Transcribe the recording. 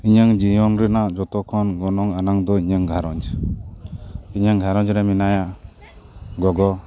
ᱤᱧᱟᱹᱝ ᱡᱤᱭᱚᱱ ᱨᱮᱱᱟᱜ ᱡᱚᱛᱚ ᱠᱷᱚᱱ ᱜᱚᱱᱚᱝ ᱟᱱᱟᱝ ᱫᱚ ᱤᱧᱟᱹᱜ ᱜᱷᱟᱨᱚᱸᱡᱽ ᱤᱧᱟᱹᱝ ᱜᱷᱟᱨᱚᱸᱡᱽ ᱨᱮ ᱢᱮᱱᱟᱭᱟ ᱜᱚᱜᱚ